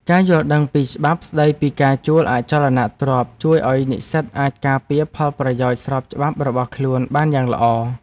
ការយល់ដឹងពីច្បាប់ស្តីពីការជួលអចលនទ្រព្យជួយឱ្យនិស្សិតអាចការពារផលប្រយោជន៍ស្របច្បាប់របស់ខ្លួនបានយ៉ាងល្អ។